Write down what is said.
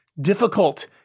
difficult